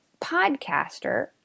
podcaster